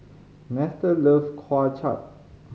Nestor love Kway Chap